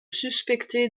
suspecté